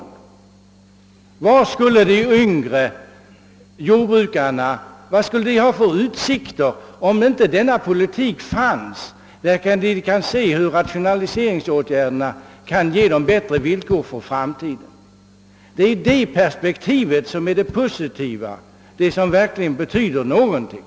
Vilka utsikter skulle de yngre jordbrukarna ha om inte denna politik fördes, i vilken de kan se hur rationaliseringsåtgärderna ger dem bättre villkor för framtiden? Det är det perspektivet som är det positiva, det som verkligen betyder någonting.